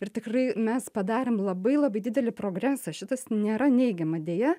ir tikrai mes padarėm labai labai didelį progresą šitas nėra neigiama deja